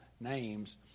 names